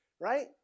right